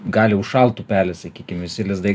gali užšalt upleis sakykim visi lizdai